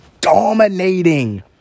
dominating